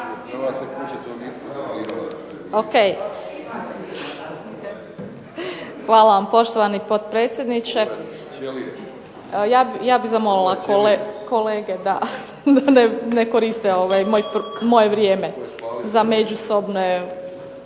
Hvala vam poštovani potpredsjedniče. Ja bih zamolila kolege da ne koriste moje vrijeme za međusobne